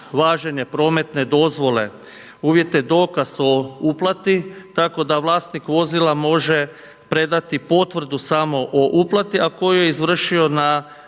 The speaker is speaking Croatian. važenje prometne dozvole uvjet je dokaz o uplati tako da vlasnik vozila može predati potvrdu samo o uplati, a koju je izvršio na